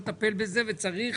אפשר לטפל בזה וצריך